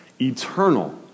eternal